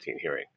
hearing